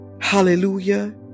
Hallelujah